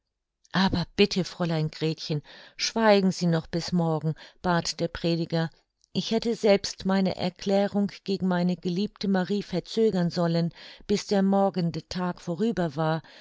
aber bitte fräulein gretchen schweigen sie noch bis morgen bat der prediger ich hätte selbst meine erklärung gegen meine geliebte marie verzögern sollen bis der morgende tag vorüber war